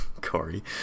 Corey